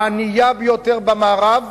הענייה ביותר במערב,